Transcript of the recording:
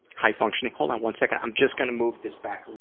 high functioning. hang on one second, i'm just going to move this back